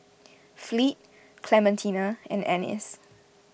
Fleet Clementina and Anice